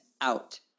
out